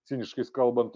ciniškai kalbant